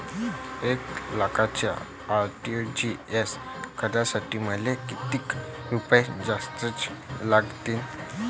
एक लाखाचे आर.टी.जी.एस करासाठी मले कितीक रुपये जास्तीचे लागतीनं?